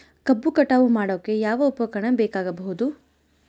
ಕಬ್ಬು ಕಟಾವು ಮಾಡೋಕೆ ಯಾವ ಉಪಕರಣ ಬೇಕಾಗಬಹುದು?